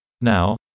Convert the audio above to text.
Now